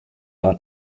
ought